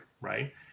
right